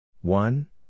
One